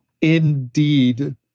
indeed